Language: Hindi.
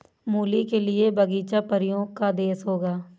मूली के लिए बगीचा परियों का देश होगा